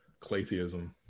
Claytheism